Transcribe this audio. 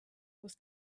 was